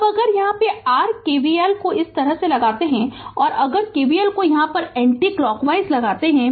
अब अगर यहाँ r KVL को इस तरह से लगाते हैं अगर KVL को यहाँ एंटी क्लॉकवाइज लगाते हैं